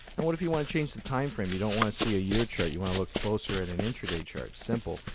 and what if you want to change the time frame you don't want to see a year chart, you want to look closer at an intraday chart? simple.